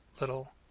little